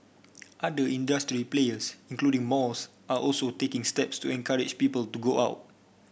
other industry players including malls are also taking steps to encourage people to go out